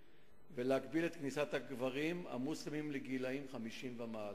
ולהגביל את כניסת הגברים המוסלמים לגיל 50 ומעלה.